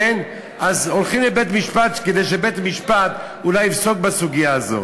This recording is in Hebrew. אז הולכים לבית-משפט כדי שבית-משפט אולי יפסוק בסוגיה הזאת.